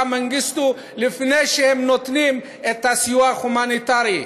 מנגיסטו לפני שהם נותנים את הסיוע ההומניטרי.